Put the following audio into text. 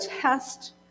test